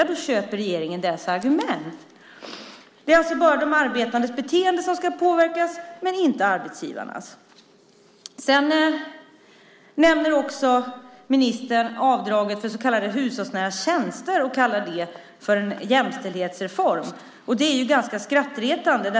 Och då köper regeringen deras argument. De anser bara att det är de arbetandes beteende som ska påverkas, men inte arbetsgivarnas. Ministern nämner också avdraget för så kallade hushållsnära tjänster och kallar det en jämställdhetsreform. Det är ganska skrattretande.